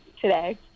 today